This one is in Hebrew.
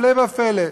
הפלא ופלא,